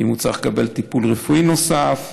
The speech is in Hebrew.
ואם הוא צריך לקבל טיפול רפואי נוסף,